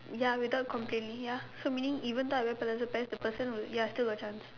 ya without complaining ya so meaning even though I wear pleated pants the person would ya still got chance